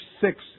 six